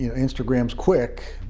you know instagram is quick,